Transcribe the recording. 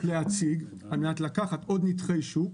להציג על מנת לקחת עוד נתחי שוק,